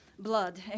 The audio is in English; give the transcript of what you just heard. blood